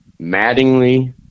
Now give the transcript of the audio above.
mattingly